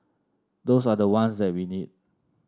those are the ones that we need